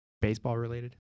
Baseball-related